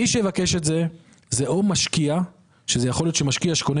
מי שיבקש את זה יכול גם להיות משקיע שקונה